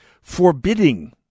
forbidding